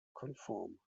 konform